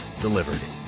delivered